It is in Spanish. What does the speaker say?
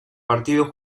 partido